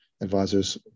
advisors